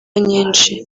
nyinshi